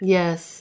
yes